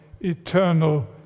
eternal